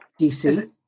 dc